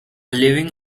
living